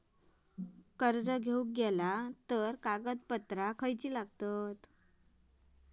कागदपत्रा काय लागतत कर्ज घेऊक गेलो तर?